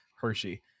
Hershey